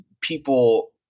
people